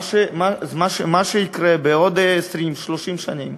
מה שיקרה בעוד 20 30 שנים,